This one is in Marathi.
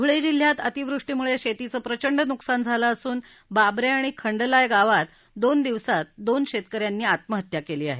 धुळे जिल्ह्यात अतिवृष्टीमुळे शेतीचं प्रचंड नुकसान झालं असून बाबरे आणि खंडलाय गावात दोन दिवसांत दोन शेतकऱ्यानी आत्महत्या केली आहे